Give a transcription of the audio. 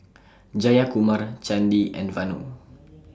Jayakumar Chandi and Vanu